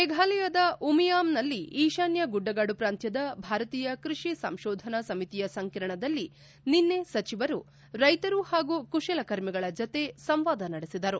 ಮೇಘಾಲಯದ ಉಮಿಯಾಂನಲ್ಲಿ ಈಶಾನ್ಯ ಗುಡ್ಡಗಾದು ಪ್ರಾಂತ್ಯದ ಭಾರತೀಯ ಕೃಷಿ ಸಂಶೋಧನಾ ಸಮಿತಿಯ ಸಂಕಿರಣದಲ್ಲಿ ನಿನ್ನೆ ಸಚಿವರು ರೈಶರು ಹಾಗೂ ಕುಶಲಕರ್ಮಿಗಳ ಜತೆ ಸಂವಾದ ನಡೆಸಿದರು